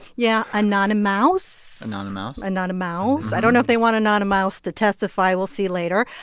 yeah anony-mouse anony-mouse anony-mouse. i don't know if they want anony-mouse to testify. we'll see later.